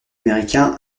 américain